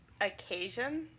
occasion